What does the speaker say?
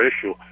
issue